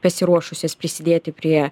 pasiruošusios prisidėti prie